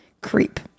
creep